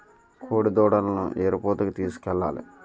కోడిదూడలను ఎరుపూతకి తీసుకెళ్లాలి